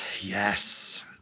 yes